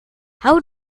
how